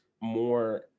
more